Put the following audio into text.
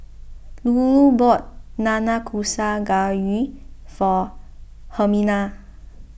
Lulu bought Nanakusa Gayu for Hermina